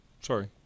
Sorry